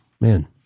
man